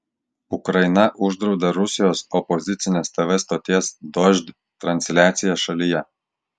ukraina uždraudė rusijos opozicinės tv stoties dožd transliaciją šalyje